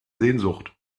sehnsucht